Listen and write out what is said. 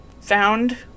found